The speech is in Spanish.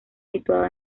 situado